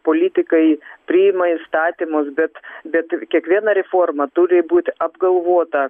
politikai priima įstatymus bet bet kiekviena reforma turi būt apgalvota